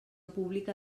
publica